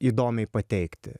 įdomiai pateikti